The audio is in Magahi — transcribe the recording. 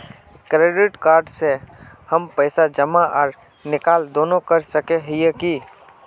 क्रेडिट कार्ड से हम पैसा जमा आर निकाल दोनों कर सके हिये की?